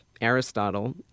Aristotle